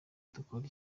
dukore